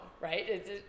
right